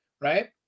right